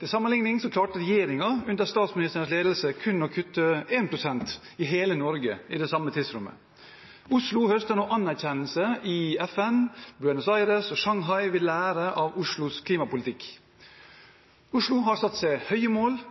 Til sammenligning klarte regjeringen, under statsministerens ledelse, kun å kutte 1 pst. i hele Norge i det samme tidsrommet. Oslo høster nå anerkjennelse i FN. Buenos Aires og Shanghai vil lære av Oslos klimapolitikk. Oslo har satt seg høye mål